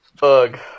Bug